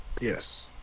Yes